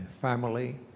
family